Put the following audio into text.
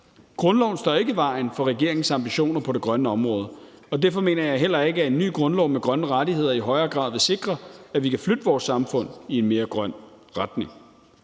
Grundloven står ikke i vejen for regeringens ambitioner på det grønne område, og derfor mener jeg heller ikke, at en ny grundlov med grønne rettigheder i højere grad vil sikre, at vi kan flytte vores samfund i en mere grøn retning.